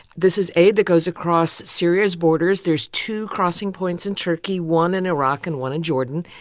this is aid that goes across syria's borders. there's two crossing points in turkey, one in iraq and one in jordan,